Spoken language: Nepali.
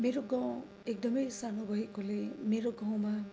मेरो गाउँ एकदमै सानो भएकोले मेरो गउँमा